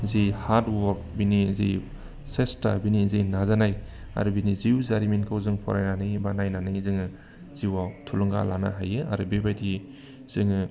जि hard work बिनि जि सेस्ता बिनि जि नाजानाय आरो बिनि जिउ जारिमिनखौ जों फरायनानै एबा नायनानै जोङो जिउआव थुलुंगा लानो हायो आरो बेबायदि जोङो